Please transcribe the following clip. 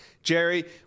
Jerry